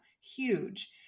huge